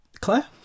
claire